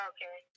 Okay